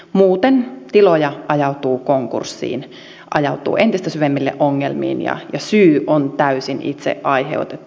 muuten tiloja ajautuu konkurssiin ajautuu entistä syvemmälle ongelmiin ja syy on täysin itse aiheutettu